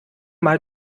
mal